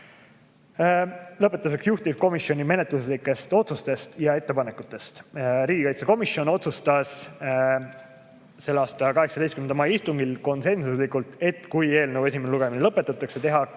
juhtivkomisjoni menetluslikest otsustest ja ettepanekutest. Riigikaitsekomisjon otsustas selle aasta 18. mai istungil konsensuslikult, et kui eelnõu esimene lugemine lõpetatakse,